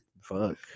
fuck